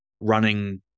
running